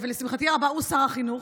ולשמחתי הרבה הוא שר החינוך,